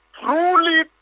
Truly